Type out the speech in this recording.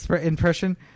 impression